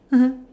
mmhmm